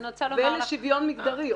ולשוויון מיגדרי.